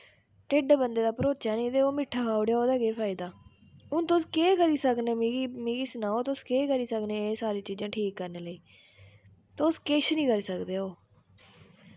ढिड्ढ बंदे दा भरोचै निं ते ओह् मिट्ठा खाउड़ेआ ओह्दा केह् फायदा हून तुस केह् करी सकने मिगी मिगी सनाओ तुस केह् करी सकने एह् सारी चीजां ठीक करने लेई तुस किश निं करी सकदे ऐ ओह्